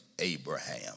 Abraham